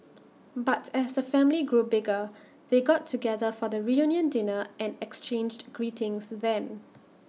but as the family grew bigger they got together for the reunion dinner and exchanged greetings then